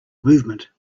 movement